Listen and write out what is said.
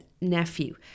nephew